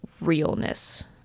realness